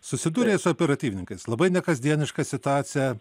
susidūrei su operatyvininkais labai nekasdieniška situacija